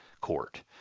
court